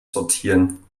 sortieren